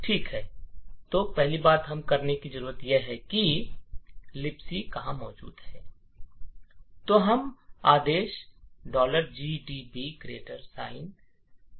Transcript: ठीक है तो पहली बात हम करने की जरूरत है मिल रहा है जहां लिबसी मौजूद है